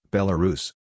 Belarus